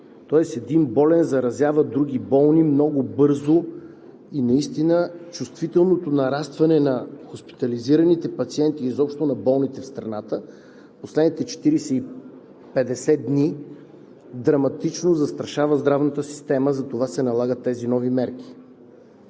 Тоест, един болен заразява други много бързо и наистина чувствителното нарастване на хоспитализираните пациенти и изобщо на болните в страната в последните 40 – 50 дни драматично застрашава здравната система. Затова се налагат тези нови мерки.